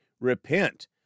Repent